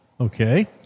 Okay